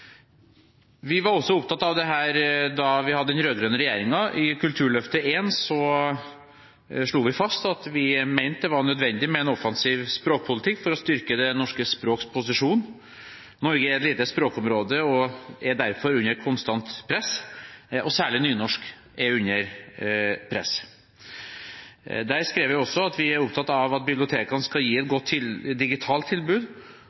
Vi var også opptatt av dette under den rød-grønne regjeringen. I Kulturløftet I slo vi fast at vi mente det var nødvendig med en offensiv språkpolitikk for å styrke det norske språks posisjon. Norge er et lite språkområde, og språket er derfor under konstant press. Særlig nynorsk er under press. Der skrev vi også: «Vi er opptatt av at bibliotekene skal gi et godt digitalt tilbud,